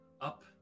up